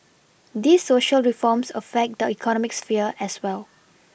these Social reforms affect the economic sphere as well